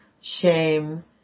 shame